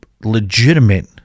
legitimate